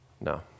No